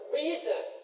reason